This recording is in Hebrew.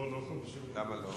לא 50%, שליש.